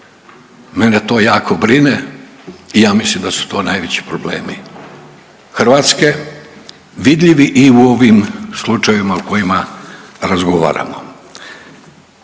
Mene to jako brine i ja mislim da su to najveći problemi Hrvatske, vidljivi i u ovim slučajevima o kojima razgovaramo.